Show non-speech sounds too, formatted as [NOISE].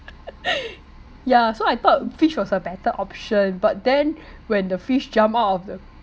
[LAUGHS] yeah so I thought fish was a better option but then when the fish jump out of the